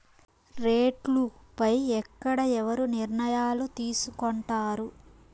రేట్లు పై ఎక్కడ ఎవరు నిర్ణయాలు తీసుకొంటారు?